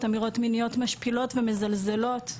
אמירות מיניות משפילות ומזלזלות,